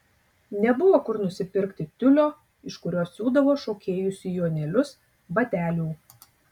nebuvo kur nusipirkti tiulio iš kurio siūdavo šokėjų sijonėlius batelių